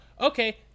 Okay